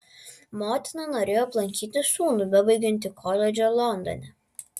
motina norėjo aplankyti sūnų bebaigiantį koledžą londone